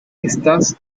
estas